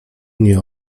nie